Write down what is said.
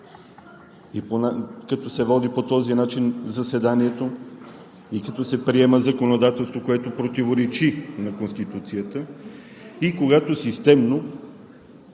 като се води по този начин заседанието и като се приема законодателство, което противоречи на Конституцията. И когато системно,